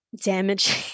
damaging